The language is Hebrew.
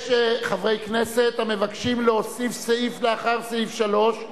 יש חברי כנסת המבקשים להוסיף סעיף לאחר סעיף 3,